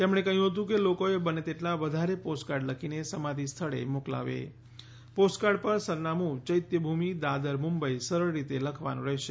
તેમણે કહ્યું હતુંકે લોકોએ બંન્ને તેટલા વધારે પોસ્ટકાર્ડ લખીને સમાધિ સ્થળે મોકલાવે પોસ્ટકાર્ડ પર સરનામું ચૈત્યભૂમિ દાદર મુંબઈ સરળ રીતે લખવાનું રહેશે